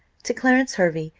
to clarence hervey,